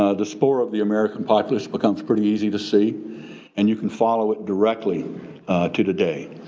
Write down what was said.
ah the spore of the american populist becomes pretty easy to see and you can follow it directly to today.